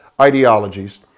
ideologies